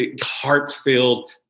heart-filled